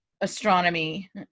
astronomy